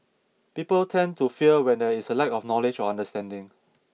people tend to fear when there is a lack of knowledge or understanding